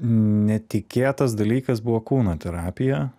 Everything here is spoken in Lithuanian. netikėtas dalykas buvo kūno terapija